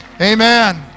Amen